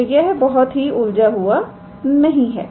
तो यह बहुत ही उलझता हुआ नहीं है